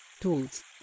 tools